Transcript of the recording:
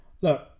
look